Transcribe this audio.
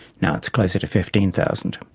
now it's closer to fifteen thousand